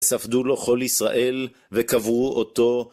ספדו לו חול ישראל, וקברו אותו.